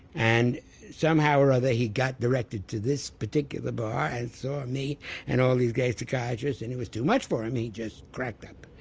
and somehow or other he got directed to this particular bar and saw me and all the gay psychiatrists and it was too much for him, he just cracked up.